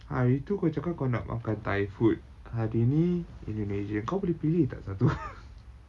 hari tu kau cakap kau nak makan thai food hari ni indonesian kau boleh pilih tak satu